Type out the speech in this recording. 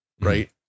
right